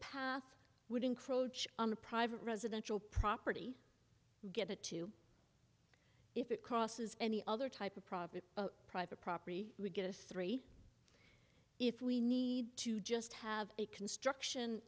path would encroach on a private residential property get it to if it crosses any other type of profit private property would get a three if we need to just have a construction